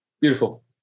Beautiful